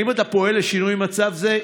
2. האם אתה פועל לשינוי מצב זה?